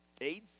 AIDS